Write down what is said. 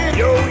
yo